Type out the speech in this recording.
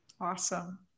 Awesome